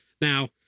now